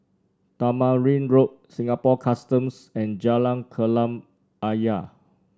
Tamarind Road Singapore Customs and Jalan Kolam Ayer